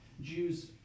Jews